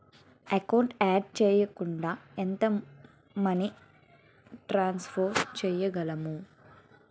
Account add చేయకుండా ఎంత money transfer చేయగలము?